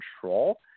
control